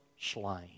slain